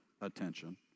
attention